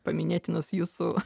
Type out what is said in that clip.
paminėtinas jūsų